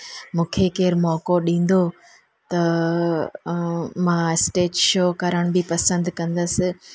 मूंखे केरु मौको ॾींदो त मां स्टेज शो बि करणु पसंदि कंदसि